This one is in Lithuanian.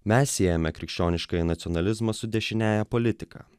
mes siejame krikščioniškąjį nacionalizmą su dešiniąja politika